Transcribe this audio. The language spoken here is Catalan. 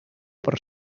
per